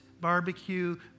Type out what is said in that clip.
Barbecue